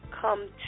come